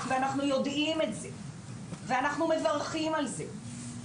ואנחנו יודעים את זה ואנחנו מברכים על זה,